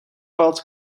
valt